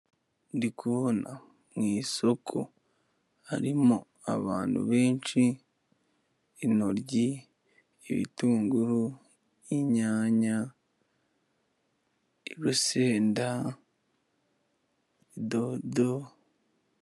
Ndikukubona mu isoko harimo abantu benshi, intoryi, ibitunguru, inyanya, urusenda, idodo.